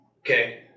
okay